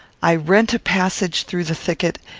i rent a passage through the thicket,